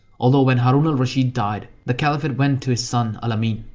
although, when harun al-rashid died, the caliphate went to his son al-amin.